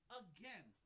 again